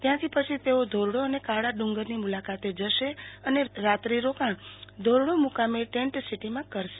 ત્યાંથી પછી તેઓ ધોરડો અને કાળા ડુંગરની મુ લાકાતે જશે અને રાત્રિ રોકાણ ધોરડો મુ કામે ટેન્ટસિટીમાં કરશે